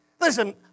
Listen